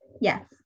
Yes